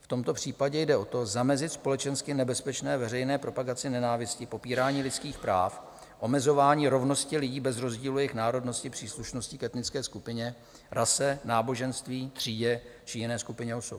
V tomto případě jde o to zamezit společensky nebezpečné veřejné propagaci nenávisti, popírání lidských práv, omezování rovnosti lidí bez rozdílu jejich národnosti, příslušnosti k etnické skupině, rase, náboženství, třídě či jiné skupině osob.